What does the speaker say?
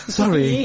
Sorry